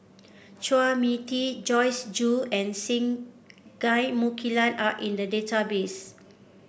Chua Mia Tee Joyce Jue and Singai Mukilan are in the database